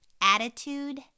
attitude